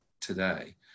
today